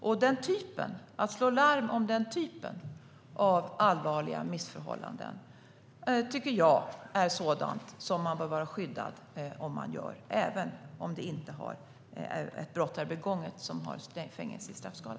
Om man slår larm om den typen av allvarliga missförhållanden tycker jag att man bör vara skyddad, även om det inte är ett brott begånget som har fängelse i straffskalan.